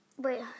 wait